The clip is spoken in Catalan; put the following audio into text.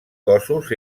cossos